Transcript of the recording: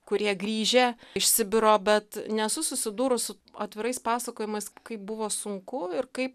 kurie grįžę iš sibiro bet nesu susidūrus su atvirais pasakojimais kaip buvo sunku ir kaip